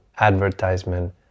advertisement